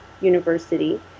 university